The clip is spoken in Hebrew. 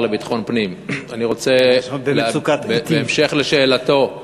לביטחון פנים, בהמשך לשאלתו